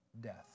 death